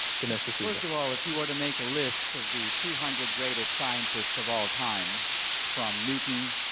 dinesh d'souza. first of all, if you want to make a list of the two hundred greatest scientists of all time from newton,